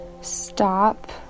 stop